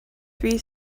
three